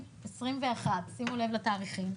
שימו לב לתאריכים,